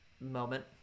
moment